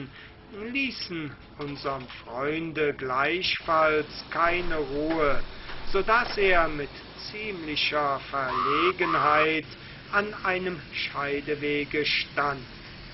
ließen unserm freunde gleichfalls keine ruhe so daß er mit ziemlicher verlegenheit an einem scheidewege stand